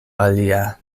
alia